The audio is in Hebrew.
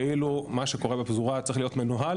ואילו מה שקורה בפזורה צריך להיות מנוהל